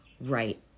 right